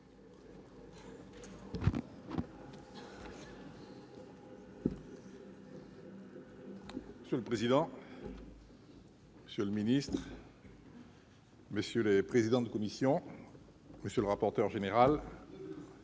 Monsieur le président, monsieur le ministre, messieurs les présidents de commission, messieurs les rapporteurs généraux,